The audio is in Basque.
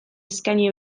eskaini